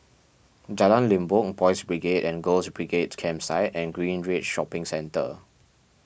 Jalan Limbok Boys Brigade and Girls Brigade Campsite and Greenridge Shopping Centre